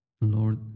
Lord